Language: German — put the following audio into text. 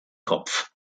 kopf